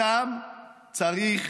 אותם צריך